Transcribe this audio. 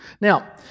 Now